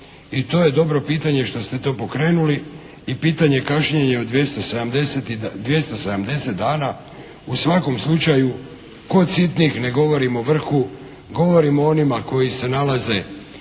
i to je dobro pitanje što ste to pokrenuli i pitanje kašnjenja od 270 dana u svakom slučaju kod sitnih ne govorim o vrhu, govorimo o onima koji se nalaze